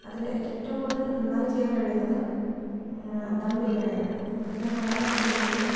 അതിൽ എനിക്കേറ്റവും കൂടുതൽ നന്നായി ചെയ്യാൻ കഴിയുന്നത് ദം ബിരിയാണിയാണ് അത് ഞാൻ വളരെ നന്നായി ചെയ്യും